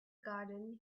garden